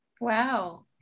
Wow